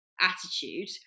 attitude